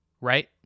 right